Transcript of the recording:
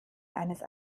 eines